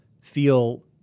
feel